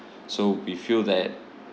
so we feel that